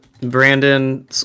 Brandon